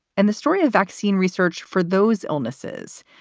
and the story of vaccine research for those illnesses,